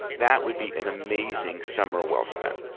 that would be an amazing summer well spent.